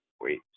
wait